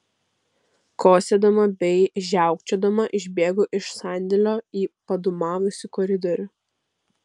kosėdama bei žiaukčiodama išbėgu iš sandėlio į padūmavusį koridorių